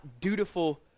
dutiful